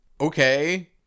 Okay